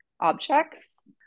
objects